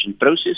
process